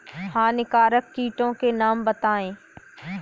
हानिकारक कीटों के नाम बताएँ?